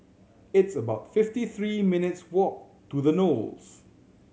it's about fifty three minutes' walk to The Knolls